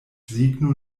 signo